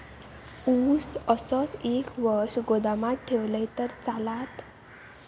ऊस असोच एक वर्ष गोदामात ठेवलंय तर चालात?